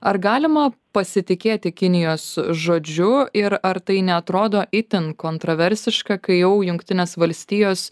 ar galima pasitikėti kinijos žodžiu ir ar tai neatrodo itin kontroversiška kai jau jungtinės valstijos